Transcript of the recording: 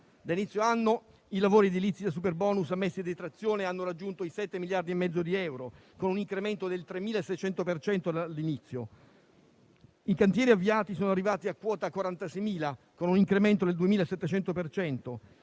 da inizio anno i lavori di edilizia con il superbonus ammessi in detrazione hanno raggiunto i 7,5 miliardi di euro, con un incremento del 3.600 per cento dall'inizio. I cantieri avviati sono arrivati a quota 46.000, con un incremento del 2.700